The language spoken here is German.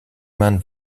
man